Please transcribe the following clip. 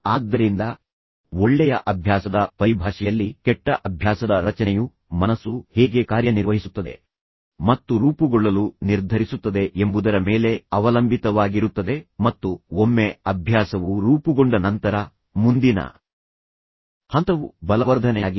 ಆದ್ದರಿಂದ ಒಳ್ಳೆಯ ಅಭ್ಯಾಸದ ಪರಿಭಾಷೆಯಲ್ಲಿ ಕೆಟ್ಟ ಅಭ್ಯಾಸದ ರಚನೆಯು ಮನಸ್ಸು ಹೇಗೆ ಕಾರ್ಯನಿರ್ವಹಿಸುತ್ತದೆ ಮತ್ತು ರೂಪುಗೊಳ್ಳಲು ನಿರ್ಧರಿಸುತ್ತದೆ ಎಂಬುದರ ಮೇಲೆ ಅವಲಂಬಿತವಾಗಿರುತ್ತದೆ ಮತ್ತು ಒಮ್ಮೆ ಅಭ್ಯಾಸವು ರೂಪುಗೊಂಡ ನಂತರ ಮುಂದಿನ ಹಂತವು ಬಲವರ್ಧನೆಯಾಗಿದೆ